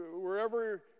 wherever